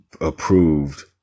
approved